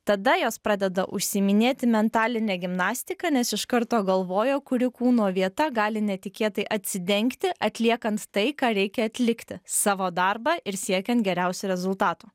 tada jos pradeda užsiiminėti mentaline gimnastika nes iš karto galvoja kuri kūno vieta gali netikėtai atsidengti atliekant tai ką reikia atlikti savo darbą ir siekiant geriausio rezultato